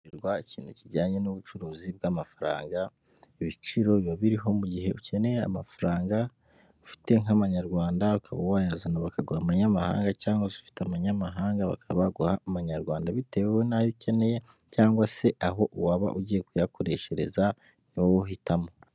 Hakorerwa ibintu bijyanye n'ubucuruzi bw'amafaranga, ibiciro biba biriho mu gihe ukeneye amafaranga ufite nk'amanyarwanda ukaba wayazana bakaguha amanyamahanga cyangwa se ufite amanyamahanga bakaguha amanyarwanda bitewe n'ayo ukeneye cyangwa se n'aho waba ugiye kuyakoreshereza ni wowe uhitamo.